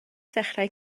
ddechrau